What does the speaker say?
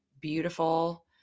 beautiful